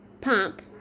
pump